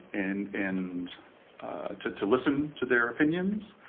and and to to listen to their opinions